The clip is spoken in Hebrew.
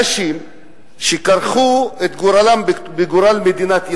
אנשים שכרכו את גורלם בגורל מדינת ישראל,